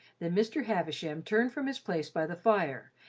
than mr. havisham turned from his place by the fire,